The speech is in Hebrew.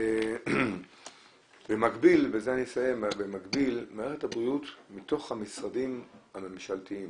במקביל מערכת הבריאות, מתוך המשרדים הממשלתיים